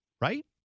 right